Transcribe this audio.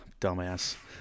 dumbass